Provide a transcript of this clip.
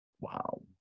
wow